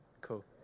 Cool